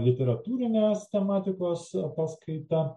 literatūrinės tematikos paskaita